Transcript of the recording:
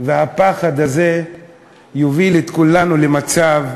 והפחד הזה יוביל את כולנו למצב בלתי-נסבל.